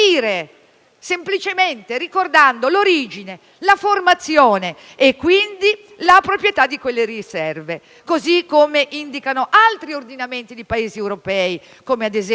semplicemente ricordando l'origine, la formazione e quindi la proprietà di quelle riserve; così come indicano altri ordinamenti di Paesi europei, come ad esempio